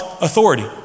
authority